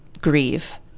grieve